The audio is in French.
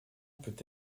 peut